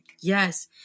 Yes